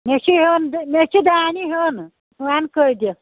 مےٚ چھُ ہیوٚن مےٚ چھُ دانہِ ہیوٚن ژٕ وَن کٔہۍ دِکھ